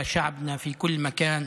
לעם שלנו בכל מקום.